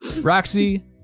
Roxy